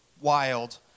wild